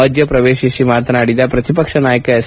ಮಧ್ಯ ಶ್ರವೇತಿಸಿ ಮಾತನಾಡಿದ ಪ್ರತಿಪಕ್ಷ ನಾಯಕ ಎಸ್